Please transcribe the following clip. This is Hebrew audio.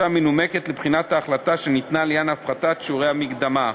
מנומקת לבחינת ההחלטה שניתנה לעניין הפחתת שיעורי המקדמה.